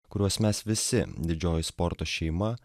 kuriuos mes visi didžioji sporto šeima